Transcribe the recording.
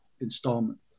installment